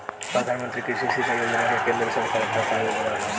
प्रधानमंत्री कृषि सिंचाई योजना में केंद्र सरकार क का योगदान ह?